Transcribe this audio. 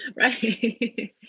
Right